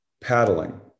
paddling